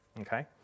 Okay